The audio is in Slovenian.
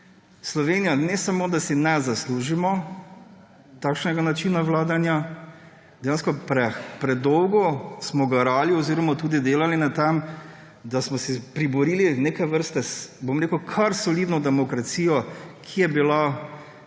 Sloveniji ne samo da si ne zaslužimo takšnega načina vladanja, dejansko predolgo smo garali oziroma tudi delali na tem, da smo si priborili neke vrste, bom rekel, kar solidno demokracijo, ki je bila